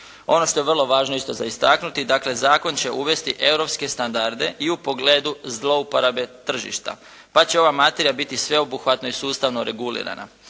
Ono što je vrlo važno isto za istaknuti. Dakle, zakon će uvesti europske standarde i u pogledu zlouporabe tržišta, pa će ova materija biti sveobuhvatno i sustavno regulirana.